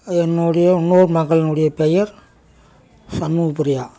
என்னுடைய இன்னொரு மகளினுடைய பெயர் சண்முகப்பிரியா